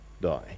die